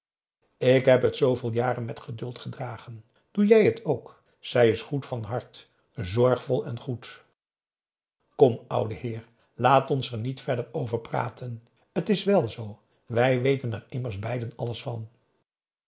ik heb het zooveel jaren met geduld gedragen doe jij het ook zij is goed van hart zorgvol en goed kom oude heer laat ons er niet verder over praten het is wèl zoo wij weten er immers beiden alles van